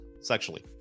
sexually